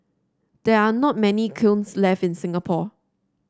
there are not many kilns left in Singapore